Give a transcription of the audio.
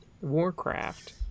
Warcraft